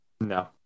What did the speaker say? no